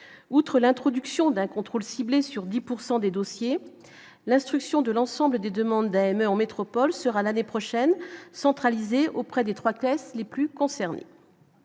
outre l'introduction d'un contrôle ciblé sur 10 pourcent des dossiers à l'instruction de l'ensemble des demandes d'aimer en métropole, sera l'année prochaine, centralisés auprès des 3 tests les plus concernés,